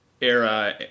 era